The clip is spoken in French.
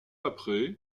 après